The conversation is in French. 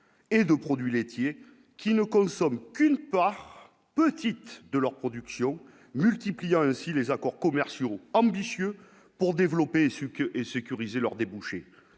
et de produits laitiers qui ne consomme qu'une petite de leur production, multipliant ainsi les accords commerciaux ambitieux pour développer ce que et sécuriser leurs débouchés